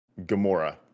Gamora